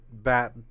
bat